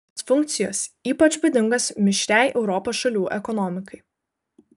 šios funkcijos ypač būdingos mišriai europos šalių ekonomikai